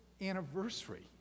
anniversary